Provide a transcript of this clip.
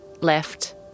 left